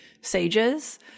Sages